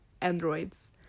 androids